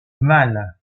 malle